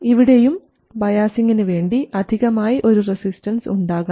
ഇവിടെയും ബയാസിംഗിന് വേണ്ടി അധികമായി ഒരു റെസിസ്റ്റൻസ് ഉണ്ടാകാം